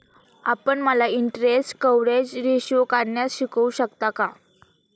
आपण मला interest coverage ratio काढण्यास शिकवू शकता का?